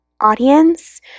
audience